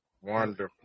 Wonderful